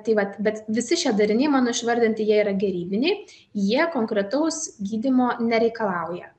tai vat bet visi šie dariniai mano išvardinti jie yra gerybiniai jie konkretaus gydymo nereikalauja